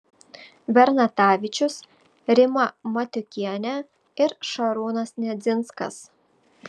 bernatavičius rima matiukienė ir šarūnas nedzinskas